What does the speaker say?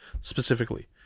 specifically